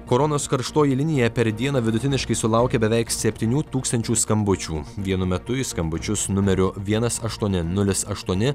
koronos karštoji linija per dieną vidutiniškai sulaukia beveik septynių tūkstančių skambučių vienu metu į skambučius numeriu vienas aštuoni nulis aštuoni